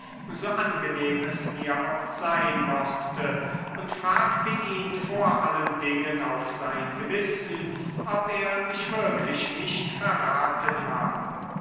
so angenehm es mir auch sein mochte und fragte ihn vor allen dingen auf sein gewissen ob er mich wirklich nicht verraten habe